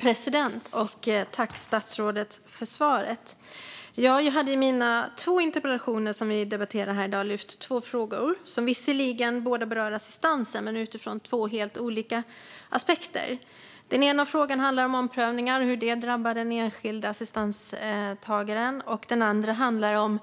Fru ålderspresident! Tack, statsrådet, för svaret! Jag hade i mina två interpellationer som vi debatterar här i dag lyft fram två frågor som visserligen båda berör assistansen men utifrån två helt olika aspekter. Den ena frågan handlar om omprövningar och hur det drabbar den enskilda assistanstagaren. Den andra handlar om